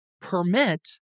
permit